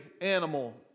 animal